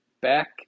back